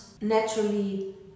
naturally